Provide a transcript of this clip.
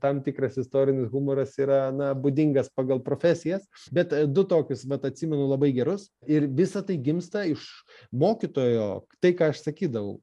tam tikras istorinis humoras yra na būdingas pagal profesijas bet du tokius vat atsimenu labai gerus ir visa tai gimsta iš mokytojo tai ką aš sakydavau